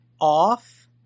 off